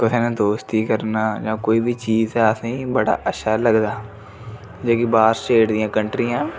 कुसै ने दोस्ती करना जां कोई बी चीज़ ऐ असेंगी बड़ा अच्छा लगदा जेह्के बाह्र स्टेट दियां कंट्रियां